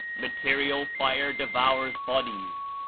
material fire devours bodies,